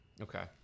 Okay